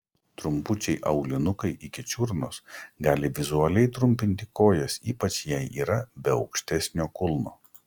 trumpučiai aulinukai iki čiurnos gali vizualiai trumpinti kojas ypač jei yra be aukštesnio kulno